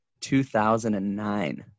2009